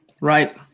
Right